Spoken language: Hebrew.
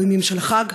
בימים של חג,